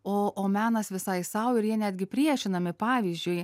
o o menas visai sau ir jie netgi priešinami pavyzdžiui